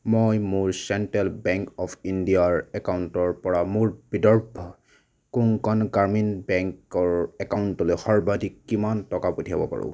মই মোৰ central bank of ইণ্ডিয়াৰ একাউণ্টৰ পৰা মোৰ বিদৰ্ভ কোংকণ গ্ৰামীণ বেংকৰ একাউণ্টলৈ সৰ্বাধিক কিমান টকা পঠিয়াব পাৰোঁ